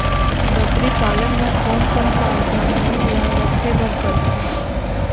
बकरी पालन म कोन कोन सावधानी ल रखे बर पढ़थे?